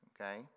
okay